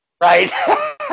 Right